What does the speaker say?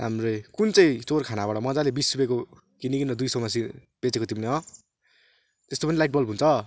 राम्रै कुन चाहिँ चोरखानाबाट मज्जाले बिस रुपेको किनीकन दुई सयमा सेल बेचेको तिमीले हँ यस्तो पनि लाइट बल्ब हुन्छ